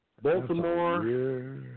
Baltimore